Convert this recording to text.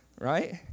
right